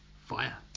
Fire